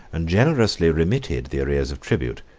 and generously remitted the arrears of tribute,